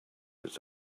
its